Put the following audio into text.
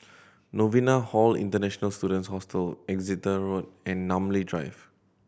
Novena Hall International Students Hostel Exeter Road and Namly Drive